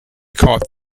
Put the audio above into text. caught